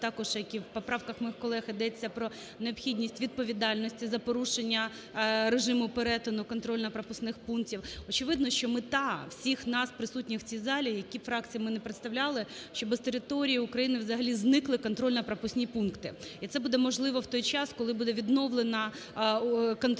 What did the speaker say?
також, як і в поправках моїх колег, йдеться про необхідність відповідальності за порушення режиму перетину контрольно-пропускних пунктів. Очевидно, що мета всіх нас, присутніх в цій залі, які б фракції ми не представляли, щоб з території України взагалі зникли контрольно-пропускні пункти. І це буде можливо в той час, коли буде відновлено контроль